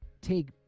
take